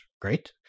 great